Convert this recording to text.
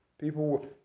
People